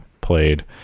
played